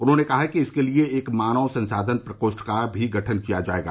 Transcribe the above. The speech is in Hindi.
उन्होंने कहा कि इसके लिए एक मानव संसाधन प्रकोष्ठ का भी गठन किया जायेगा